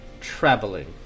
traveling